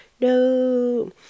no